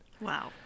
Wow